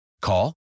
Call